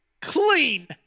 clean